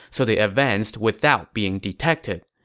so they advanced without being detected.